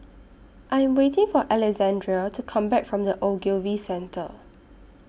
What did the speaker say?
I'm waiting For Alexandria to Come Back from The Ogilvy Centre